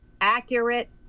accurate